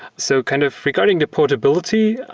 so kind of regarding the portability,